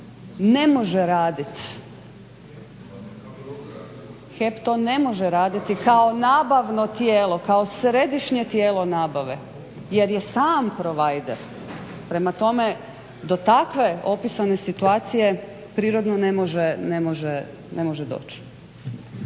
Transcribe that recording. ne može radit, HEP to ne može raditi kao nabavno tijelo, kao središnje tijelo nabave jer je sam provaider. Prema tome, do takve opisane situacije prirodno ne može doć.